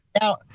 now